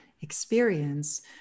experience